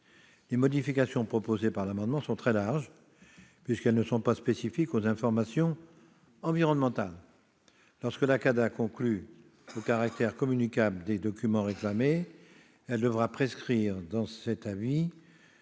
Les modifications proposées sont très larges, puisqu'elles ne sont pas spécifiques aux informations environnementales. Lorsque la CADA conclura au caractère communicable des documents réclamés, elle devra prescrire, dans son avis,